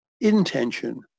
intention